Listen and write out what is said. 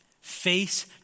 face